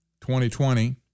2020